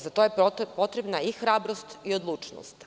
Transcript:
Za to je potrebna i hrabrost i odlučnost.